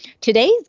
Today's